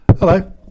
Hello